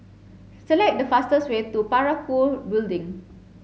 select the fastest way to Parakou Building